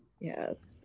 Yes